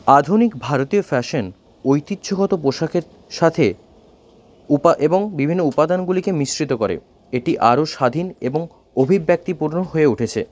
আধুনিক ভারতীয় ফ্যাশন ঐতিহ্যগত পোশাকের সাথে উপা এবং বিভিন্ন উপাদানগুলিকে মিশ্রিত করে এটি আরও স্বাধীন এবং অভিব্যক্তিপূর্ণ হয়ে উঠেছে